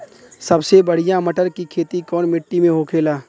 सबसे बढ़ियां मटर की खेती कवन मिट्टी में होखेला?